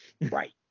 Right